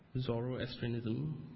Zoroastrianism